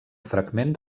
fragment